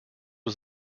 was